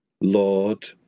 Lord